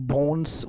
Bones